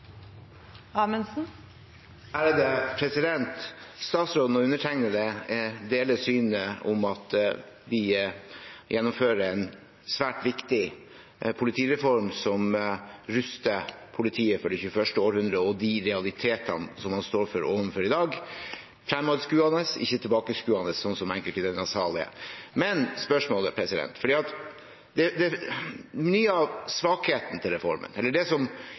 Statsråden og undertegnede deler det synet at vi gjennomfører en svært viktig politireform som ruster politiet for det 21. århundre og de realitetene man står overfor i dag – fremadskuende, ikke tilbakeskuende, som enkelte i denne salen er. Men mye av svakheten ved reformen, eller det som er fremkommet av kritikk mot reformen, og som